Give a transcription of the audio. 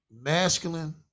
masculine